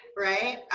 right?